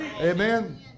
Amen